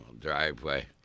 driveway